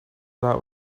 that